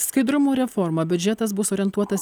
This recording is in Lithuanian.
skaidrumo reforma biudžetas bus orientuotas